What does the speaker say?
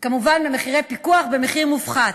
כמובן, מחירי פיקוח במחיר מופחת.